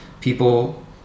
people